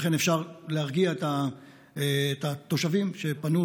ולכן אפשר להרגיע את התושבים שפנו,